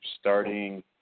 starting